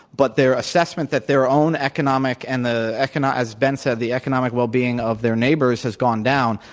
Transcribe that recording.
but their assessment that their own economic and the economic as ben said the economic well-being of their neighbors has gone down,